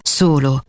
solo